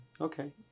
Okay